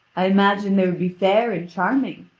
i imagine they would be fair and charming,